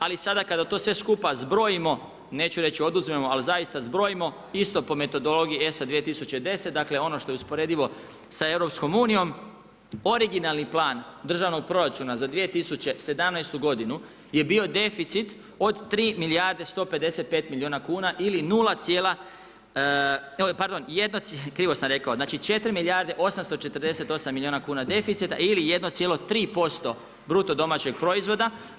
Ali sada kada to sve skupa zbrojimo, neću reći oduzmemo ali zaista zbrojimo isto po metodologiji ESA 2010. dakle ono što je usporedivo sa EU, originalni plan državnog proračuna za 2017. godinu je bio deficit od 3 milijarde 155 milijuna kuna ili 0, pardon, krivo sam rekao, znači 4 milijarde 848 milijuna kuna deficita ili 1,3% BDP-a.